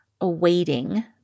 awaiting